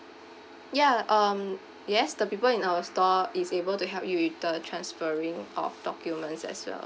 ya um yes the people in our store is able to help you with the transferring of documents as well